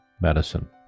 medicine